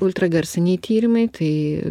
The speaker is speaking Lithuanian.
ultragarsiniai tyrimai tai